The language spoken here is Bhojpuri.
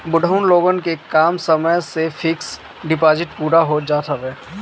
बुढ़ऊ लोगन के कम समय में ही फिक्स डिपाजिट पूरा हो जात हवे